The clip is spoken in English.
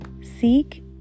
Seek